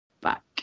Back